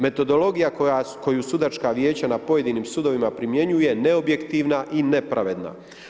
Metodologija koja sudačka vijeća na pojedinim sudovima primjenjuje, neobjektivna i nepravedna.